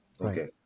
Okay